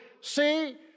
See